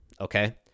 okay